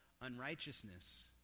unrighteousness